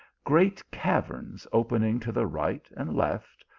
great caverns opening to the right and left,